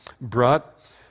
brought